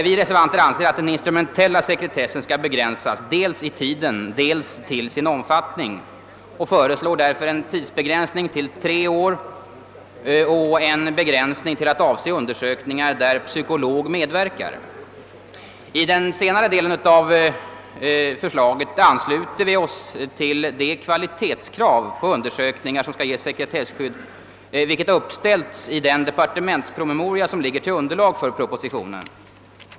Vi reservanter anser att den instrumentella sekretessen skall begränsas dels i tiden, dels till sin omfattning och föreslår därför en tidsbegränsning till tre år samt den inskränkningen, att sekretessen endast skall avse undersökning där psykolog medverkar. Beträffande den senare delen av förslaget ansluter vi oss till det kvalitetskrav på undersökningar som skall få sekretesskydd, vilket uppställts i den departementspromemoria som ligger till underlag för propositionen.